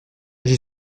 j’y